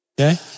Okay